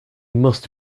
must